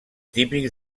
típics